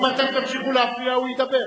אם אתם תמשיכו להפריע, הוא ידבר.